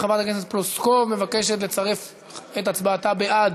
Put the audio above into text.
חברת הכנסת פלוסקוב מבקשת לצרף את הצבעתה בעד,